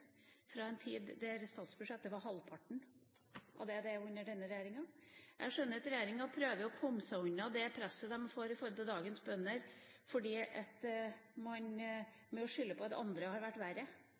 fra en tid da statsbudsjettet var halvparten så stort som under denne regjeringa. Jeg skjønner at regjeringa prøver å komme seg unna det presset de får fra dagens bønder, ved å skylde på at